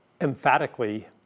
emphatically